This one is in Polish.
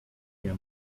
nie